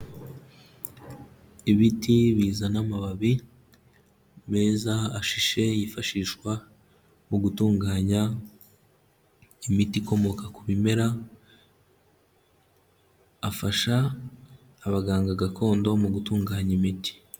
Ibiti bizana amababi meza ashishe yifashishwa mu gutunganya imiti ikomoka ku bimera, afasha abaganga gakondo mu gutunganya imiti.